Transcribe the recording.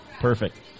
Perfect